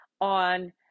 on